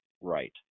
right